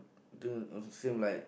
I think also seem like